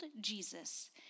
Jesus